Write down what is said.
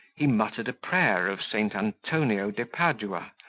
he muttered a prayer of st. antonio de padua,